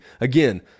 again